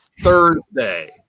Thursday